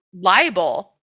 libel